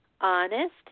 honest